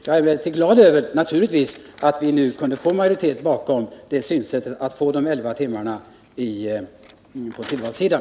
Jag är naturligtvis glad över att vi kunde få majoritet bakom kravet på 11 timmar på tillvalssidan.